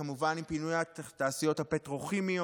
כמובן עם פינוי התעשיות הפטרוכימיות,